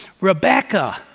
Rebecca